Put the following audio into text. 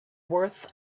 worth